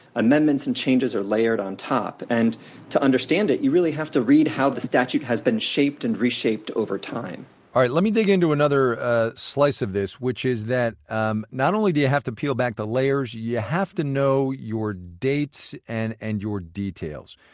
amendments and changes are layered on top. and to understand it, you really have to read how the statue has been shaped and reshaped over time all right, let me dig into another ah slice of this, which is that um not only do you have to peel back the layers, you have to know your dates and and your details.